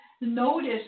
notice